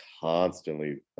constantly